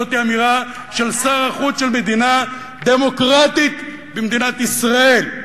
זאת אמירה של שר החוץ של מדינה דמוקרטית במדינת ישראל.